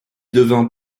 devient